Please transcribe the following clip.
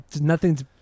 nothing's